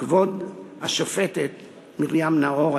כבוד השופטת מרים נאור,